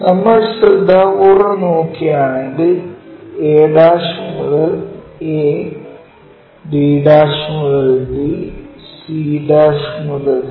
നമ്മൾ ശ്രദ്ധാപൂർവ്വം നോക്കുകയാണെങ്കിൽ a മുതൽ a d മുതൽ d c മുതൽ c